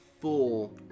full